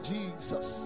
Jesus